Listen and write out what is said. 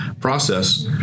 process